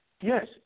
Yes